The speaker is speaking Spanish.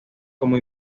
como